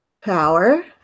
Power